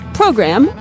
program